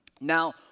Now